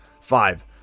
five